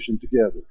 together